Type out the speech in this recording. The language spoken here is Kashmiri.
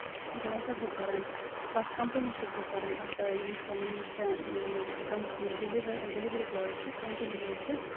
مَگر وۄنۍ چھَس بہٕ کران اَتھ کَمپٔنی چھَس بہٕ کران اَتھ ییٚمِس ییٚمِس سۄ ڈٮ۪لِؤری بوے چھِ کَمپٔنی وٲلۍ چھِ